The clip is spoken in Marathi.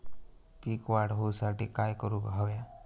पीक वाढ होऊसाठी काय करूक हव्या?